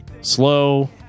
slow